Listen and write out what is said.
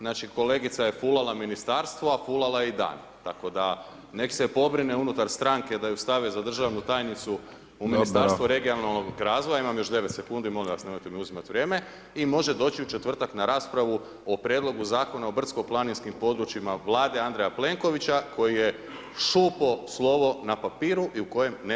Znači, kolegica je fulala Ministarstvo, a fulala je i dan, tako da, nek se pobrinu unutar stranke da ju stave za državnu tajnicu [[Upadica: Dobro]] u Ministarstvu regionalnog razvoja, imam još 9 sekundi, molim vas nemojte mi uzimati vrijeme, i može doći u četvrtak na raspravu o prijedlogu Zakona o brdsko planinskim područjima Vlade Andreja Plenkovića koji je šupo slovo na papiru i u kojem nema [[Upadica: Vrijeme, hvala]] ničega.